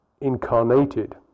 incarnated